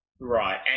Right